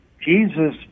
Jesus